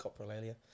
Coprolalia